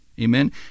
amen